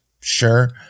sure